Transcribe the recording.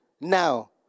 now